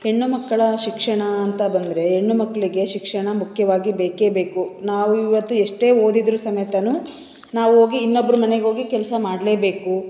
ಹೆಣ್ಣು ಮಕ್ಕಳ ಶಿಕ್ಷಣ ಅಂತ ಬಂದರೆ ಹೆಣ್ಣು ಮಕ್ಕಳಿಗೆ ಶಿಕ್ಷಣ ಮುಖ್ಯವಾಗಿ ಬೇಕೇ ಬೇಕು ನಾವು ಇವತ್ತು ಎಷ್ಟೇ ಓದಿದರು ಸಮೇತ ನಾವು ಹೋಗಿ ಇನ್ನೊಬ್ರ ಮನೆಗೋಗಿ ಕೆಲಸ ಮಾಡಲೇಬೇಕು